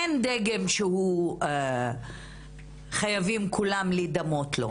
אין דגם שהוא חייבים כולם להידמות לו.